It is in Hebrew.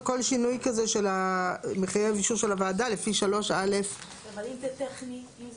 אבל יש איזשהו מנגנון שבו מחליטים אם לאמץ ומחליטים איזה עדכונים.